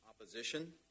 opposition